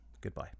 goodbye